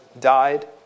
died